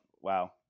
wow